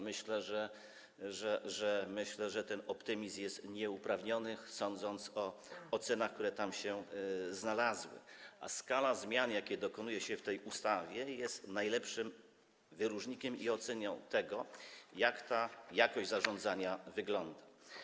Myślę, że ten optymizm jest nieuprawniony, sądząc po ocenach, które tam się znalazły, a skala zmian, jakich dokonuje się w tej ustawie, jest najlepszym wyróżnikiem i oceną tego, jak ta jakość zarządzania wygląda.